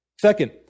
Second